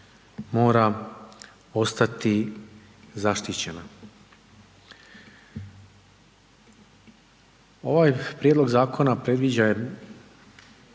mora ostati zaštićena. Ovaj prijedlog zakona predviđa jedno